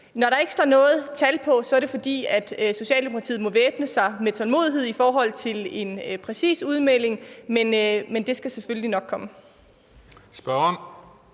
Der er ikke sat noget tal på, så Socialdemokratiet må væbne sig med tålmodighed i forhold til en præcis udmelding, men den skal selvfølgelig nok komme. Kl.